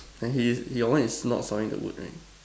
and he your one is not sawing the wood right